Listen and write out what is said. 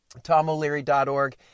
tomoleary.org